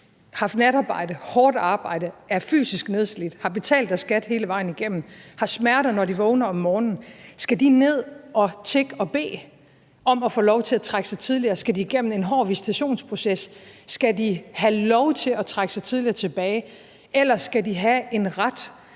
haft natarbejde, hårdt arbejde, er fysisk nedslidt, har betalt deres skat hele vejen igennem, har smerter, når de vågner om morgenen – skal ned og tigge og bede om at få lov til at trække sig tidligere tilbage, om de skal igennem en hård visitationsproces, om de skal have lov til at trække sig tidligere tilbage, eller om de skal have en ret,